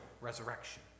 resurrection